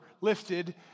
lifted